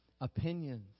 opinions